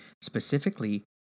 Specifically